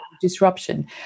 disruption